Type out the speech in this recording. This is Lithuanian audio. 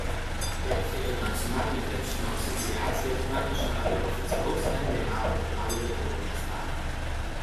delfi ir nacionalinė krepšinio asociacija praneša apie oficialaus nba portalo lietuvoje startą